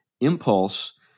impulse